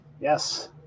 yes